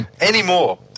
anymore